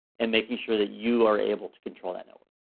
and making sure that you are able to control that node.